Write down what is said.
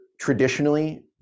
traditionally